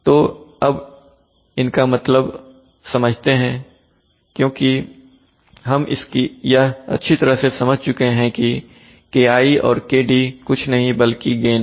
तो अब इनका मतलब समझते हैं क्योंकि हम यह अच्छी तरह से समझ चुके है कि Ki और Kd कुछ नहीं बल्कि गेन है